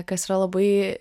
kas yra labai